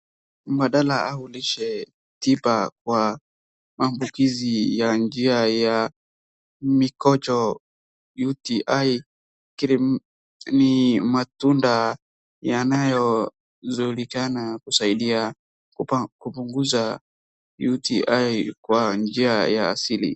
Mbadala au lishe tiba kwa maambukizi ya njia ya mikojo UTI kile ni matunda yanayojulikana kusaidia kupunguza UTI kwa njia ya asili.